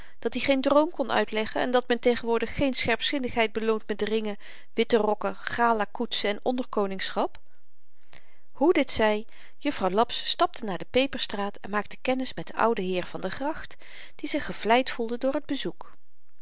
dat-i geen droom kon uitleggen en dat men tegenwoordig geen scherpzinnigheid beloont met ringen witte rokken galakoetsen en onderkoningschap hoe dit zy jufvrouw laps stapte naar de peperstraat en maakte kennis met den ouden heer van der gracht die zich gevleid voelde door t bezoek